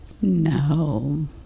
no